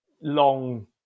long